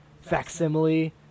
facsimile